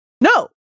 No